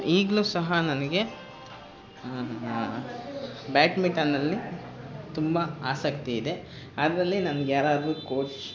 ಈಗಲೂ ಸಹ ನನಗೆ ಬ್ಯಾಟ್ಮಿಟನಲ್ಲಿ ತುಂಬ ಆಸಕ್ತಿ ಇದೆ ಅದರಲ್ಲಿ ನನಗ್ಯಾರಾದ್ರು ಕೋಚ್